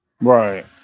right